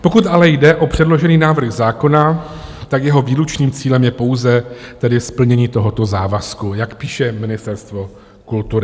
Pokud ale jde o předložený návrh zákona, tak jeho výlučným cílem je pouze tedy splnění tohoto závazku, jak píše Ministerstvo kultury.